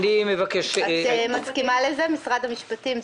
את מסכימה לזה משרד המשפטים?